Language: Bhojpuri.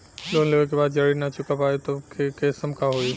लोन लेवे के बाद जड़ी ना चुका पाएं तब के केसमे का होई?